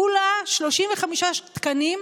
כולה 35 תקנים,